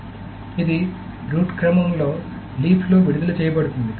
కాబట్టి ఇది రూట్ క్రమంలో లీఫ్ లో విడుదల చేయబడుతుంది